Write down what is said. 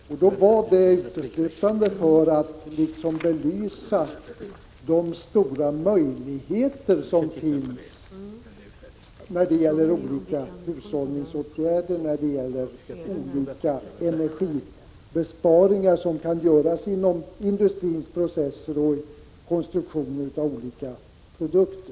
Och jag gjorde det uteslutande för att belysa de stora möjligheter som finns när det gäller olika hushållningsåtgärder och energibesparingar som kan vidtas inom industrins processer och tillverkningar av olika produkter.